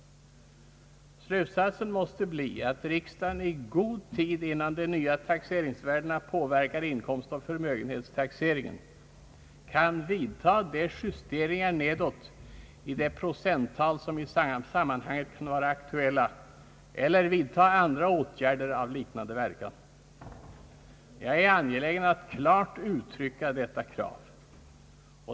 Slutsatsen måste bli att riksdagen i god tid innan de nya taxeringsvärdena påverkar inkomstoch förmögenhetstaxeringen skall kunna vidta de justeringar nedåt av procenttalen som i sammanhanget kan vara aktuella eller vidta andra åtgärder av liknande verkan. Jag är angelägen att klart uttrycka detta krav.